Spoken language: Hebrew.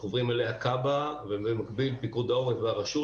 שחוברים אליה כב"א ובמקביל פיקוד העורף והרשות.